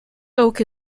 oak